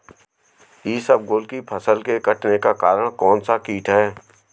इसबगोल की फसल के कटने का कारण कौनसा कीट है?